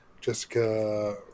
Jessica